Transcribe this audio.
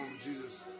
Jesus